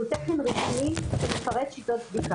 שהוא תקן רשמי שמפרט את הבדיקה.